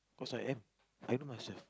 cause I am I know myself